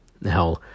Now